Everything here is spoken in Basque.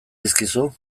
dizkizu